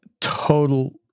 total